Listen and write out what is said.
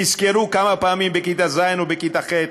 תזכרו כמה פעמים בכיתה ז' או בכיתה ח',